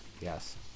yes